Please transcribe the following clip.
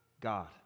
God